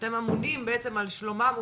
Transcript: שאתם אמונים בעצם על שלומם וביטחונם,